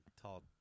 tall